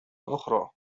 أخرى